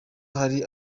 hari